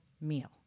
meal